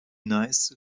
neiße